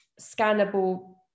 scannable